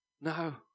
No